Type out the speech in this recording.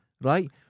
Right